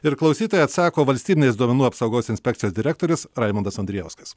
ir klausytojai atsako valstybinės duomenų apsaugos inspekcijos direktorius raimondas andrijauskas